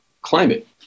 climate